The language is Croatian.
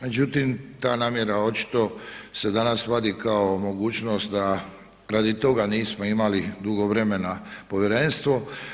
Međutim, ta namjera očito se danas vadi kao mogućnost da radi toga nismo imali dugo vremena povjerenstvo.